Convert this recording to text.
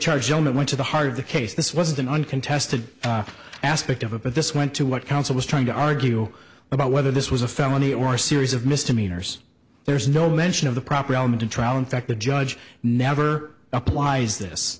charge element to the heart of the case this was an uncontested aspect of it but this went to what counsel was trying to argue about whether this was a felony or series of mr meters there's no mention of the proper element in trial in fact the judge never applies this